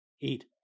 eat